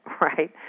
right